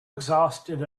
exhausted